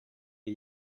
det